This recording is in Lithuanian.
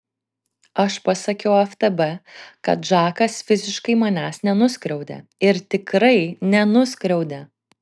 aš pasakiau ftb kad žakas fiziškai manęs nenuskriaudė ir tikrai nenuskriaudė